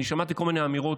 אני שמעתי כל מיני אמירות,